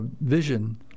vision